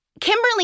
Kimberly